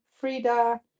Frida